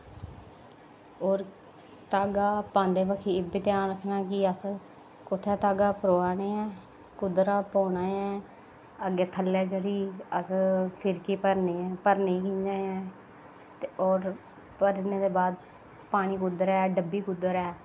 होर धागा पांदे बक्खी ऐ बी ध्यान रखना कि अस कुत्थै धागा परोआ ने कुद्धरा पोना ऐ अग्गें थल्ले जेह्ड़ी अस फिरकी भरनी इ'यां ते होर भरने दे बाद पानी कुद्धर ऐ डब्बी कुद्ध ऐ